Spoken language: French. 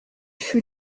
fut